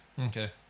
Okay